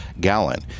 gallon